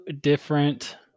different